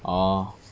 oh